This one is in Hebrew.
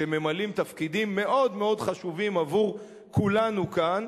שממלאים תפקידים מאוד מאוד חשובים עבור כולנו כאן,